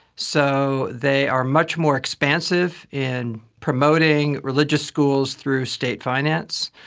so they are much more expansive in promoting religious schools through state finance.